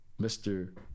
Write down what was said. Mr